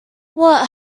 what